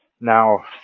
Now